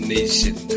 Nation